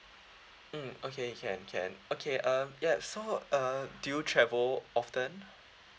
mm okay can can okay um ya so uh do you travel often